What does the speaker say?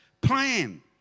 plan